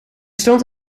stond